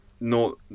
no